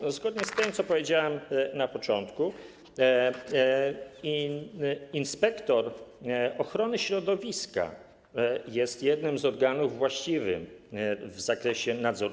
I zgodnie z tym, co powiedziałem na początku, inspektor ochrony środowiska jest jednym z organów właściwych w zakresie nadzoru.